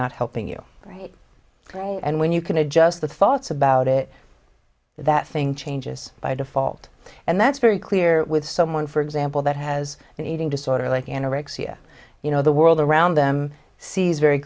not helping you right and when you can adjust the thoughts about it that thing changes by default and that's very clear with someone for example that has an eating disorder like anorexia you know the world around them sees very